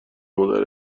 مادر